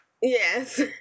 Yes